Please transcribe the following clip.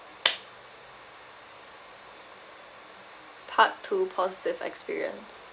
part two positive experience